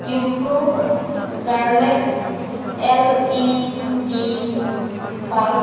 Wipro Garnet L E D bulb